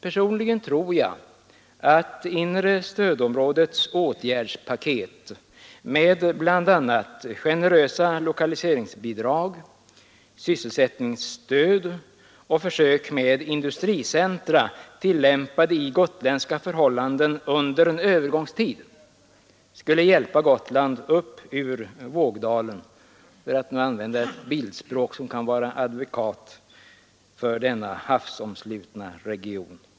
Personligen tror jag att inre stödområdets åtgärdspaket, med bl.a. generösa lokaliseringsbidrag, sysselsättningsstöd och försök med industricentra, tillämpade på gotländska förhållanden under en övergångstid, skulle hjälpa Gotland upp ur vågdalen, för att använda en språkbild som kan vara adekvat för denna havsomslutna region.